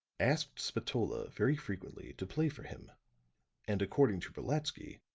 asked spatola very frequently to play for him and, according to brolatsky,